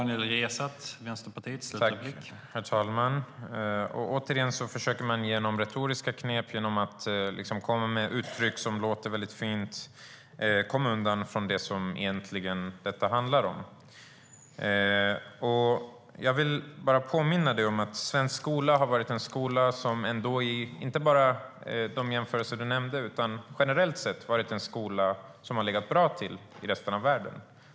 Herr talman! Återigen försöker man med hjälp av retoriska knep och uttryck som låter fina komma undan det som detta egentligen handlar om. Svensk skola har generellt sett, inte bara i de jämförelser Christer Nylander nämnde, varit en skola som har legat bra till i resten av världen.